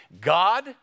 God